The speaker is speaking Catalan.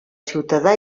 ciutadà